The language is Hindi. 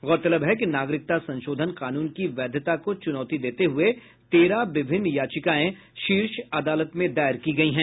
गौरतलब है कि नागरिकता संशोधन कानून की वैधता को चुनौती देते हुए तेरह विभिन्न याचिकाएं शीर्ष अदालत में दायर की गयी हैं